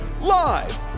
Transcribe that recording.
live